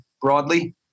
broadly